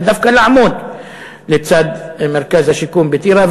ודווקא לעמוד לצד מרכז השיקום בטירה,